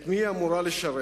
את מי היא אמורה לשרת?